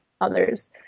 others